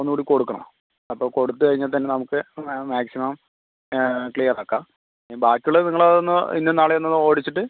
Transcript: ഒന്നു കൂടി കൊടുക്കണം അപ്പം കൊടുത്ത് കയിഞ്ഞാൽത്തന്നെ നമുക്ക് മാക്സിമം ക്ലിയർ ആക്കാം ഈ ബാക്കി ഉള്ളത് നിങ്ങൾ അതൊന്ന് ഇന്നും നാളെയും അത് ഒന്ന് ഓടിച്ചിട്ട്